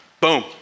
Boom